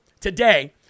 today